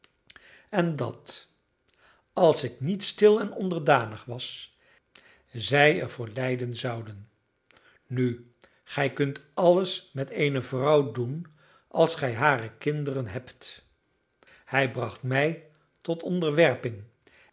en dat als ik niet stil en onderdanig was zij er voor lijden zouden nu gij kunt alles met eene vrouw doen als gij hare kinderen hebt hij bracht mij tot onderwerping